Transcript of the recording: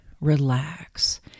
relax